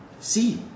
See